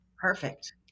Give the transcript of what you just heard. Perfect